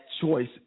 choice